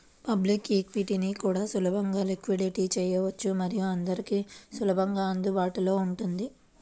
public ఈక్విటీని కూడా సులభంగా లిక్విడేట్ చేయవచ్చు మరియు అందరికీ సులభంగా అందుబాటులో ఉంటుంది